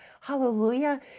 Hallelujah